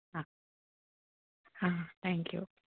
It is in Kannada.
ಹಾಂ ಹಾಂ ಥ್ಯಾಂಕ್ ಯು